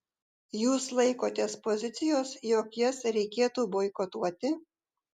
jūs laikotės pozicijos jog jas reikėtų boikotuoti